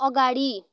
अगाडि